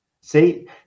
see